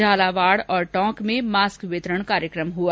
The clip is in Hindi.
झालावाड़ और टोक में मास्क वितरण कार्यक्रम हुआ